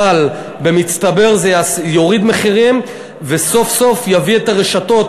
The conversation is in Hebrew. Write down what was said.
אבל במצטבר זה יוריד מחירים וסוף-סוף יביא את הרשתות